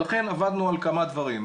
לכן עבדנו על כמה דברים.